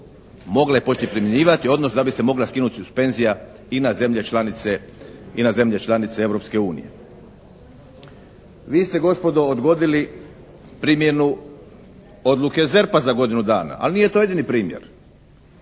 da bi se mogla skinuti suspenzija i na zemlje članice, i na zemlje članice Europske unije. Vi ste gospodo odgodili primjenu odluke ZERP-a za godinu dana. Ali nije to jedini primjer.